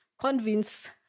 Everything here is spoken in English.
convince